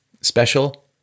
special